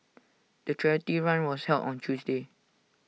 the charity run was held on Tuesday